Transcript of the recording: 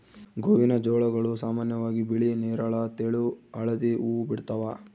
ಗೋವಿನಜೋಳಗಳು ಸಾಮಾನ್ಯವಾಗಿ ಬಿಳಿ ನೇರಳ ತೆಳು ಹಳದಿ ಹೂವು ಬಿಡ್ತವ